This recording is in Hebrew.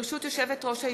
ברשות יושבת-ראש הישיבה,